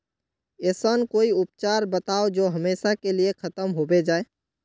ऐसन कोई उपचार बताऊं जो हमेशा के लिए खत्म होबे जाए?